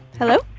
hello